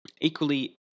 Equally